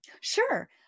Sure